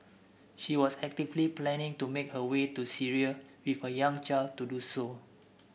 she was actively planning to make her way to Syria with her young child to do so